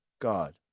God